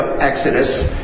Exodus